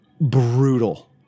brutal